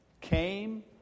came